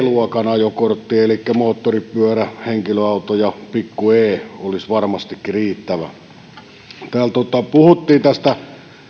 luokan ajokortti riittävä elikkä moottoripyörä henkilöauto ja pikku e kortti olisivat varmastikin riittävät täällä puhuttiin tästä